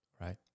right